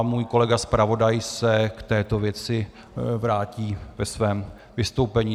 Můj kolega zpravodaj se k této věci vrátí ve svém vystoupení.